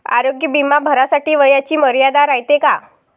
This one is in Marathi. आरोग्य बिमा भरासाठी वयाची मर्यादा रायते काय?